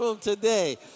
today